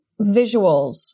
visuals